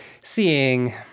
seeing